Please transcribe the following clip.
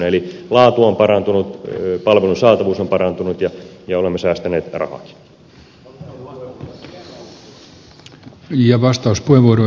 eli laatu on parantunut palvelun saatavuus on parantunut ja olemme säästäneet rahaakin